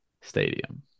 stadium